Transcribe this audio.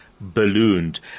Ballooned